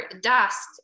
dust